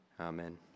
amen